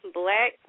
black